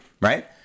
Right